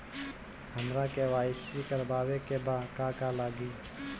हमरा के.वाइ.सी करबाबे के बा का का लागि?